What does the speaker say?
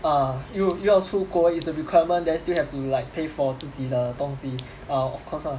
嗯又又要出国 it's a requirement then still have to like pay like for the 自己的东西 ah of course lah